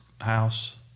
house